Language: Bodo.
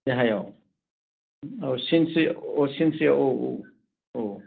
देहायाव औ सिनस्रि सिनस्रिया औ औ औ